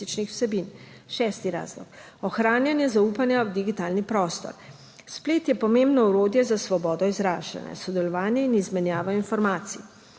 Šesti razlog, ohranjanje zaupanja v digitalni prostor. Splet je pomembno orodje za svobodo izražanja, sodelovanje in izmenjavo informacij.